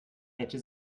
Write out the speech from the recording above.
hätte